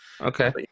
Okay